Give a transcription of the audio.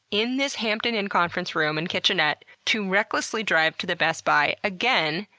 in this hampton inn conference room and kitchenette to recklessly drive to the best buy again.